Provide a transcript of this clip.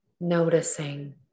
noticing